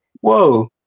whoa